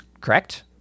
correct